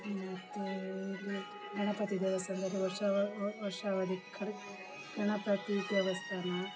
ಮತ್ತೂ ಇಲ್ಲಿಯ ಗಣಪತಿ ದೇವಸ್ಥಾನದಲ್ಲಿ ವರ್ಷ ವರ್ಷಾವಧಿ ಗಣಪತಿ ದೇವಸ್ಥಾನ